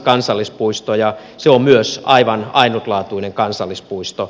kansallispuisto ja se on myös aivan ainutlaatuinen kansallispuisto